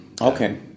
Okay